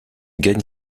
gagne